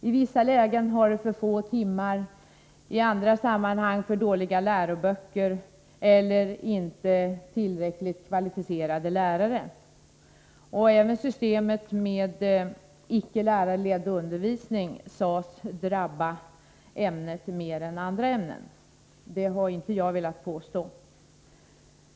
I vissa lägen har det varit för få timmar, i andra sammanhang för dåliga läroböcker eller inte tillräckligt kvalificerade lärare. Även systemet med icke lärarledd undervisning sades ”drabba” ämnet mer än andra ämnen. Det har inte jag velat påstå.